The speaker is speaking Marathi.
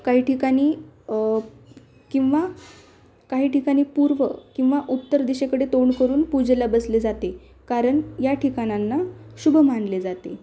काही ठिकाणी किंवा काही ठिकाणी पूर्व किंवा उत्तर दिशेकडे तोंड करून पूजेला बसले जाते कारण या ठिकाणांना शुभ मानले जाते